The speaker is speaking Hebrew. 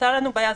הייתה לנו בעיה,